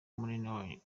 munini